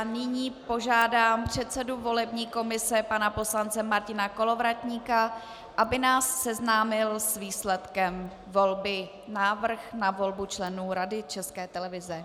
Nyní požádám předsedu volební komise pana poslance Martina Kolovratníka, aby nás seznámil s výsledkem volby návrh na volbu členů Rady České televize.